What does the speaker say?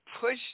push